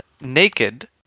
naked